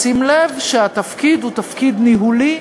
בשים לב שהתפקיד הוא תפקיד ניהולי,